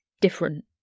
different